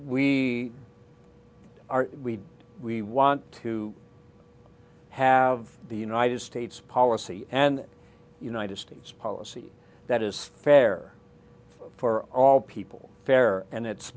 are we want to have the united states policy and united states policy that is fair for all people fair and it's